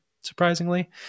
surprisingly